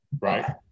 right